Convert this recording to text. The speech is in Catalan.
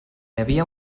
havia